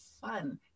fun